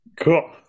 Cool